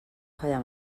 falla